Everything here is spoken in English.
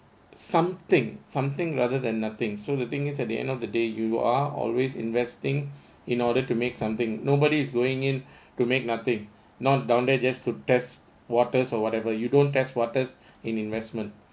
something something rather than nothing so the thing is at the end of the day you are always investing in order to make something nobody is going in to make nothing not down there just to test waters or whatever you don't test waters in investment